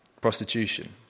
prostitution